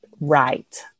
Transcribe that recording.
right